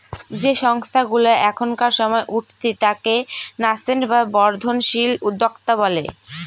যে সংস্থাগুলা এখনকার সময় উঠতি তাকে ন্যাসেন্ট বা বর্ধনশীল উদ্যোক্তা বলে